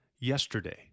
yesterday